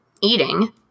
eating